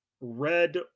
red